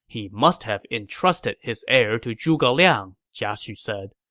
he must have entrusted his heir to zhuge liang, jia xu said.